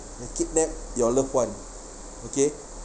had kidnap your loved one okay